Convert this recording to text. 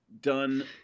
done